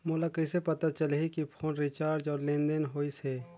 मोला कइसे पता चलही की फोन रिचार्ज और लेनदेन होइस हे?